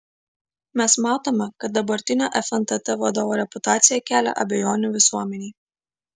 mes matome kad dabartinio fntt vadovo reputacija kelia abejonių visuomenei